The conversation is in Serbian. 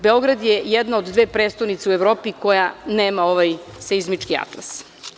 Beograda je jedna od dve prestonice u Evropi koja nema ovaj seizmički atlas.